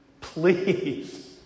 Please